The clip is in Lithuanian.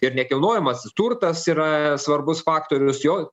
ir nekilnojamasis turtas yra svarbus faktorius jo